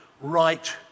right